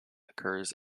occurs